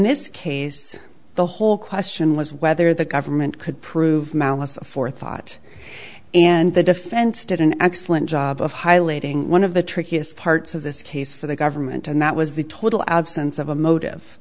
this case the whole question was whether the government could prove malice aforethought and the defense did an excellent job of highlighting one of the trickiest parts of this case for the government and that was the total absence of a motive